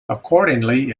accordingly